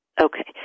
Okay